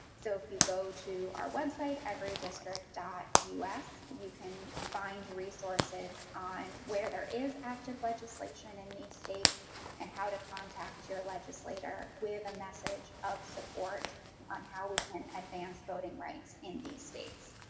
so if you go to our website everydistrict. us, you can find resources on where there is active legislation in these states and how to contact your legislator with a message of support on how we can advance voting rights in these states.